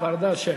ורדה אלשיך.